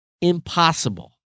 impossible